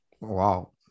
wow